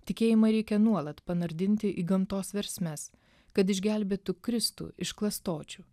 tikėjimą reikia nuolat panardinti į gamtos versmes kad išgelbėtų kristų iš klastočių